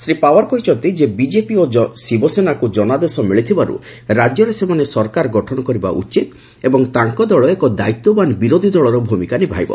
ଶ୍ରୀ ପାୱାର କରିଛନ୍ତି ବିଜେପି ଓ ଶିବସେନାକୁ ଜନାଦେଶ ମିଳିଥିବାରୁ ରାଜ୍ୟରେ ସେମାନେ ସରକାର ଗଠନ କରିବା ଉଚିତ ଏବଂ ତାଙ୍କ ଦଳ ଏକ ଦାୟିତ୍ୱବାନ ବିରୋଧୀଦଳର ଭୂମିକା ନିଭାଇବ